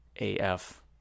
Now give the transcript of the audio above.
AF